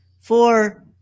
four